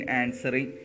answering